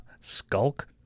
skulk